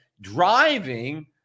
driving